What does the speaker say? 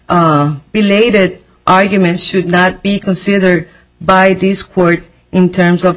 belated arguments should not be considered by this court in terms of